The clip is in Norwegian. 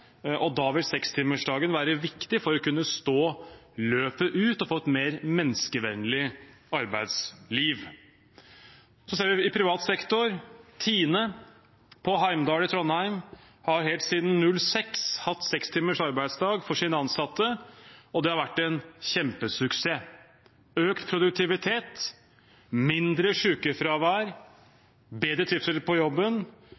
og da vil sekstimersdagen være viktig for å kunne stå løpet ut og få et mer menneskevennlig arbeidsliv. Så ser vi i privat sektor: Tine på Heimdal i Trondheim har helt siden 2006 hatt seks timers arbeidsdag for sine ansatte, og det har vært en kjempesuksess: økt produktivitet, mindre